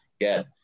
get